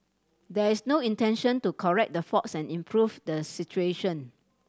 there is no intention to correct the faults and improve the situation